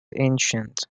ancient